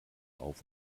auf